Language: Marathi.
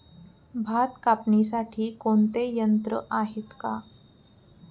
भात कापणीसाठी कोणते यंत्र आहेत का?